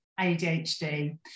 ADHD